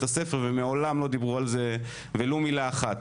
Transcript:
הספר ומעולם לא דיברו על זה ולו מילה אחת.